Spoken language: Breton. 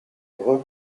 vreur